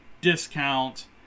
discount